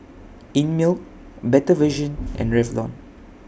Einmilk Better Vision and Revlon